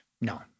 No